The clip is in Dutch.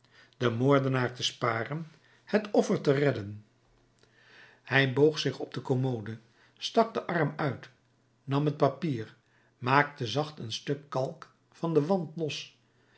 den moordenaar te sparen het offer te redden hij boog zich op de commode stak den arm uit nam het papier maakte zacht een stuk kalk van den wand los